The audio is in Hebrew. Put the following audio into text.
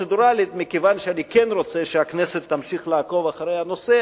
מכיוון שאני כן רוצה שהכנסת תמשיך לעקוב אחרי הנושא,